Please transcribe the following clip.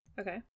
Okay